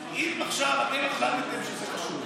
אם עכשיו אתם החלטתם שזה חשוב,